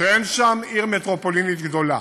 היא שאין שם עיר מטרופולין גדולה.